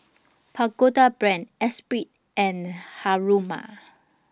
Pagoda Brand Esprit and Haruma